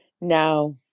Now